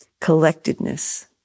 collectedness